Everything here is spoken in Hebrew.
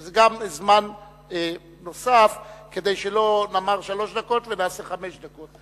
שזה גם זמן נוסף כדי שלא נאמר שלוש דקות ונעשה חמש דקות.